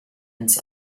ins